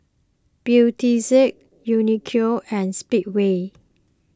Beautex Uniqlo and Speedway